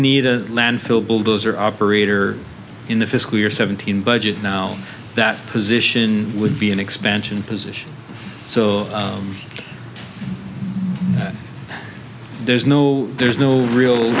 need a landfill bulldozer operator in the fiscal year seventeen budget now that position would be an expansion position so there's no there's no real